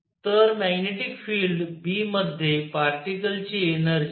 तर magnetic field B मध्ये particles ची एनर्जी